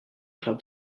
club